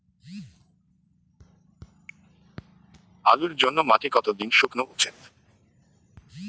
আলুর জন্যে মাটি কতো দিন শুকনো উচিৎ?